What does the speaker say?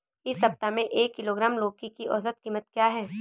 इस सप्ताह में एक किलोग्राम लौकी की औसत कीमत क्या है?